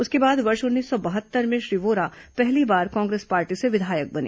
उसके बाद वर्ष उन्नीस सौ बहत्तर में श्री वोरा पहली बार कांग्रेस पार्टी से विधायक बने